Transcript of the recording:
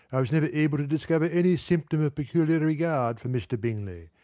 i was never able to discover any symptoms of peculiar regard for mr. bingley.